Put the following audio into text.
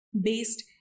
based